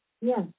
Yes